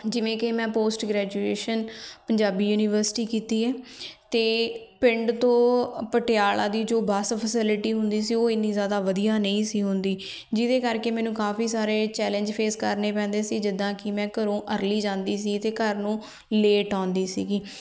ਜਿਵੇਂ ਕਿ ਮੈਂ ਪੋਸਟ ਗ੍ਰੈਜੂਏਸ਼ਨ ਪੰਜਾਬੀ ਯੂਨੀਵਰਸਿਟੀ ਕੀਤੀ ਹੈ ਅਤੇ ਪਿੰਡ ਤੋਂ ਪਟਿਆਲਾ ਦੀ ਜੋ ਬੱਸ ਫੈਸਿਲਿਟੀ ਹੁੰਦੀ ਸੀ ਉਹ ਇੰਨੀ ਜ਼ਿਆਦਾ ਵਧੀਆ ਨਹੀਂ ਸੀ ਹੁੰਦੀ ਜਿਹਦੇ ਕਰਕੇ ਮੈਨੂੰ ਕਾਫੀ ਸਾਰੇ ਚੈਲੇਂਜ ਫੇਸ ਕਰਨੇ ਪੈਂਦੇ ਸੀ ਜਿੱਦਾਂ ਕਿ ਮੈਂ ਘਰੋਂ ਅਰਲੀ ਜਾਂਦੀ ਸੀ ਅਤੇ ਘਰ ਨੂੰ ਲੇਟ ਆਉਂਦੀ ਸੀਗੀ